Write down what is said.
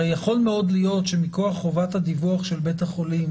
הרי יכול מאוד להיות שמכוח חובת הדיווח של בית החולים,